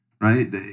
right